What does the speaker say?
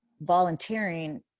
Volunteering